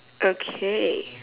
okay